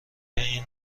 این